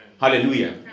Hallelujah